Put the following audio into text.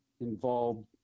involved